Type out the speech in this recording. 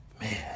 Man